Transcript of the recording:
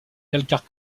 calcaire